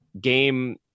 game